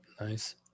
Nice